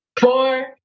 four